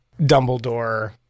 Dumbledore